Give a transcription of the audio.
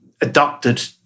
adopted